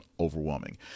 overwhelming